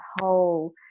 whole